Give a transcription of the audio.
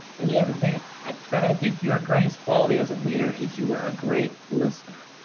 and the other thing, fred, i think your greatest quality as a leader is you are a great listener.